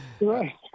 Right